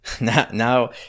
Now